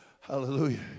Hallelujah